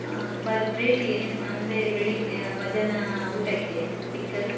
per ಪ್ಲೇಟಿಗೆ ನಿಮ್ಮ ಅಂದರೆ ಬೆಳಗ್ಗೆ ಮಧ್ಯಾಹ್ನ ಊಟಕ್ಕೆ ಪಿಕ್ಕಲ್